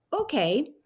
okay